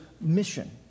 mission